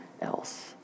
else